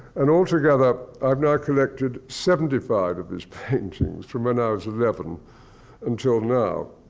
and altogether, i've now collected seventy five of his paintings, from when i was eleven until now.